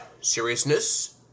seriousness